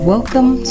Welcome